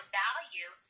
value